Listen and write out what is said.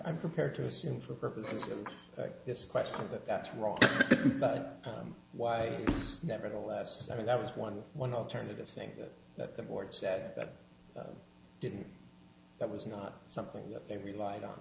i'm prepared to assume for purposes of this question that that's wrong why nevertheless i mean that was one one alternative thing that the boards that didn't that was not something that they relied on